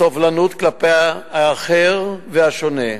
בסובלנות כלפי האחר והשונה.